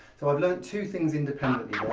so i've learned two things independently ah